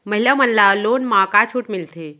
महिला मन ला लोन मा का छूट मिलथे?